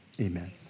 amen